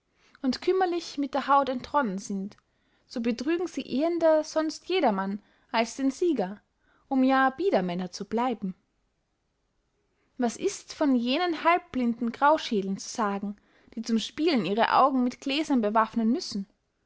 und kümmerlich mit der haut entronnen sind so betrügen sie ehender sonst jedermann als den sieger um ja bidermänner zu bleiben was ist von jenen halbblinden grauschädeln zu sagen die zum spielen ihre augen mit gläsern bewaffnen müssen